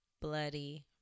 bloody